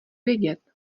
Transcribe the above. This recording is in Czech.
vědět